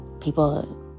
people